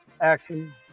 action